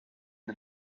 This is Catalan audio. del